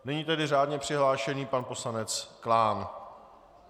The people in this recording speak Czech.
Nyní tedy řádně přihlášený pan poslanec Klán.